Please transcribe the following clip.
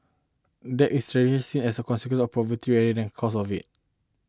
debt is traditionally seen as a consequence of poverty rather than a cause of it